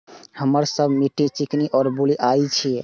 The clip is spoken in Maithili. हमर सबक मिट्टी चिकनी और बलुयाही छी?